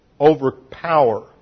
overpower